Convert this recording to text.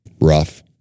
rough